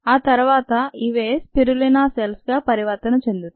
ఆ తర్వాత ఇవే స్పిరులినా సెల్స్ గా పరివర్తన చెందుతాయి